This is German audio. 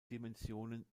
dimensionen